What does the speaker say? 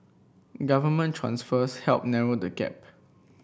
government transfers helped narrow the gap